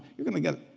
you're gonna get,